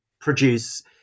produce